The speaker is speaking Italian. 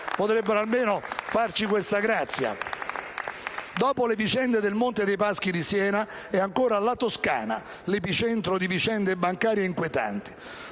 Potrebbero almeno farci questa grazia. Dopo le vicende del Monte dei Paschi di Siena è ancora la Toscana l'epicentro di vicende bancarie inquietanti.